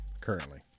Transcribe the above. currently